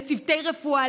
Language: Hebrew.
לצוותי רפואה,